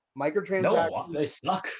microtransactions